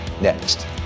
next